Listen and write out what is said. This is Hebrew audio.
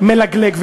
מלגלג.